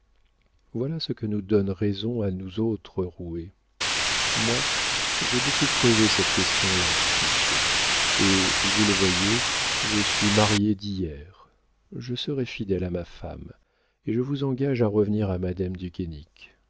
voilà ce qui nous donne raison à nous autres roués moi j'ai beaucoup creusé cette question là monsieur et vous le voyez je suis marié d'hier je serai fidèle à ma femme et je vous engage à revenir à madame